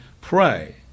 pray